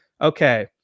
Okay